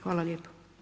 Hvala lijepo.